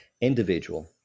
individual